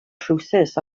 trowsus